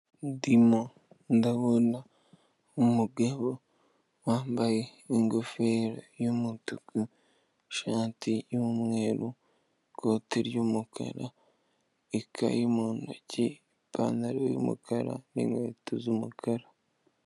Ndimo ndabona umugabo wambaye ingofero y'umutuku ishati y'umweru ikote ry'umukara ikayi mu ntoki ipantaro y'umukara n'inkweto z'umukara.